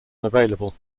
unavailable